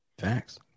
Facts